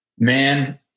Man